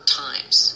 times